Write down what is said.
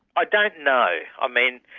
i don't know. i mean,